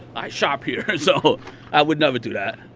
i shop here, so i would never do that